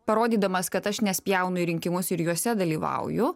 parodydamas kad aš nespjaunu į rinkimus ir juose dalyvauju